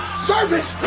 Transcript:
service!